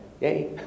Yay